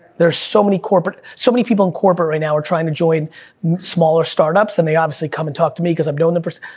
there's so many corporate, so many people in corporate right now are trying to join smaller startups, and they obviously come and talk to me, cause i've known them.